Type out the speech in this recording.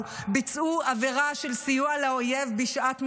ביצעו עבירה של סיוע לאויב בשעת מלחמה.